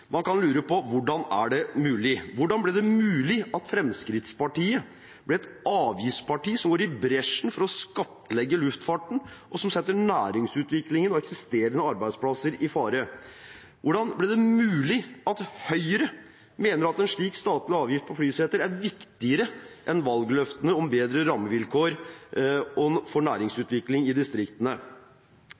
Man kan lure på: Hvordan er det mulig? Hvordan ble det mulig at Fremskrittspartiet ble et avgiftsparti som går i bresjen for å skattlegge luftfarten, og som setter næringsutviklingen og eksisterende arbeidsplasser i fare? Hvordan ble det mulig at Høyre mener at en slik statlig avgift på flyseter er viktigere enn valgløftene om bedre rammevilkår for næringsutvikling i distriktene?